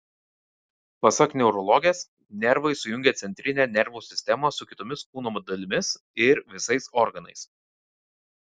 pasak neurologės nervai sujungia centrinę nervų sistemą su kitomis kūno dalimis ir visais organais